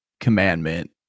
commandment